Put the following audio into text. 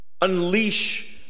Unleash